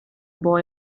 boy